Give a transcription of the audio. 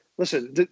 Listen